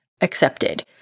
accepted